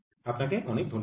আপনাকে অনেক ধন্যবাদ